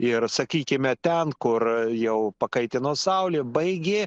ir sakykime ten kur jau pakaitino saulė baigė